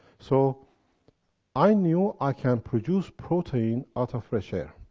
so i knew i can produce protein out of fresh air,